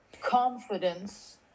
confidence